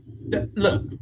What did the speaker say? look